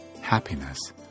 happiness